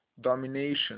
domination